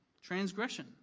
transgression